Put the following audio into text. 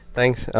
Thanks